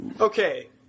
Okay